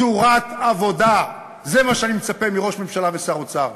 צורת עבודה, זה מה שאני מצפה מראש ממשלה ושר אוצר.